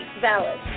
valid